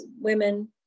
women